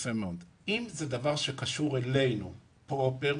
אם זה דבר שקשור אלינו פרופר,